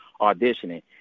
auditioning